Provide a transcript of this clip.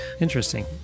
Interesting